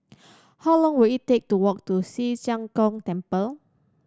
how long will it take to walk to Ci Zheng Gong Temple